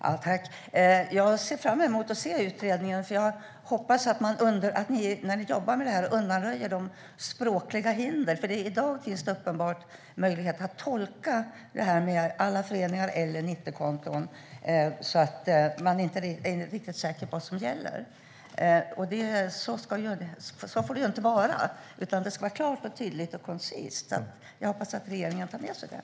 Fru talman! Jag ser fram emot att se utredningen. Jag hoppas att när ni jobbar med detta att ni undanröjer språkliga hinder. I dag finns uppenbart olika tolkningar om det är fråga om alla föreningar eller föreningar som innehar 90-konton. Man är alltså inte riktigt säker på vad som gäller. Så får det inte vara. Det ska vara klart, tydligt och koncist. Jag hoppas att regeringen tar med sig det.